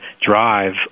drive